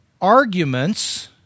arguments